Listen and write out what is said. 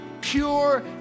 pure